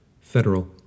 federal